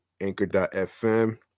anchor.fm